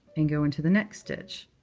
and go into the next stitch.